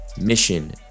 mission